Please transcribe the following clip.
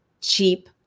cheap